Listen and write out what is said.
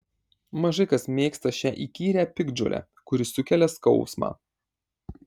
mažai kas mėgsta šią įkyrią piktžolę kuri sukelia skausmą